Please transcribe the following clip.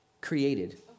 created